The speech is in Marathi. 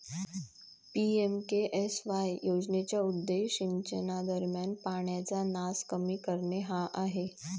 पी.एम.के.एस.वाय योजनेचा उद्देश सिंचनादरम्यान पाण्याचा नास कमी करणे हा आहे